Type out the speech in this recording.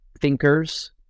thinkers